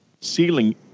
ceiling